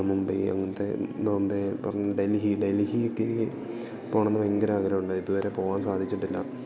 മുംബൈ അങ്ങനത്തെ ബോംബെ ഇപ്പം ഡൽഹി ഡൽഹിക്ക് എനിക്ക് പോകണമെന്ന് ഭയങ്കര ആഗ്രഹമുണ്ട് ഇതുവരെ പോകാൻ സാധിച്ചിട്ടില്ല